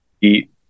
eat